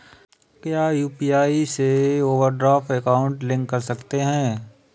क्या यू.पी.आई से overdraft account link कर सकते हैं?